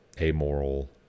amoral